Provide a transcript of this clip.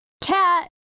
cat